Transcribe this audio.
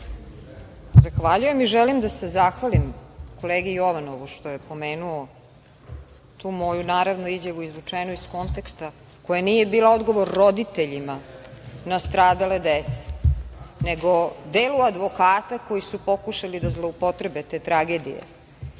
Zahvaljujem i želim da se zahvalim kolegi Jovanovu što je pomenuo tu moju izjavu, naravno izvučenu iz konteksta, koja nije bila odgovor roditeljima nastradale dece, nego delu advokata koji su pokušali da zloupotrebe te tragedije